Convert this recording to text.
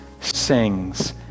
sings